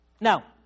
Now